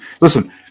listen